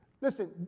Listen